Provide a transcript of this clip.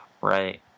Right